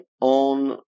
on